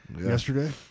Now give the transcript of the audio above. Yesterday